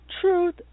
Truth